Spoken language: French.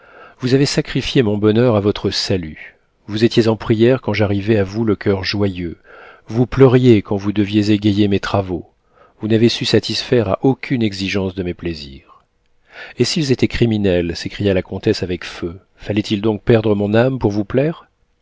vous avez sacrifié mon bonheur à votre salut vous étiez en prières quand j'arrivais à vous le coeur joyeux vous pleuriez quand vous deviez égayer mes travaux vous n'avez su satisfaire à aucune exigence de mes plaisirs et s'ils étaient criminels s'écria la comtesse avec feu fallait-il donc perdre mon âme pour vous plaire